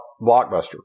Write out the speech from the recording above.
Blockbuster